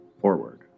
forward